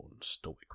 stoic